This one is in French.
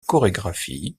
chorégraphie